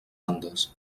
andes